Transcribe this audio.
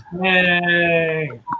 Yay